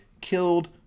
killed